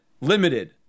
limited